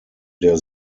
der